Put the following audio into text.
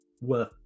worth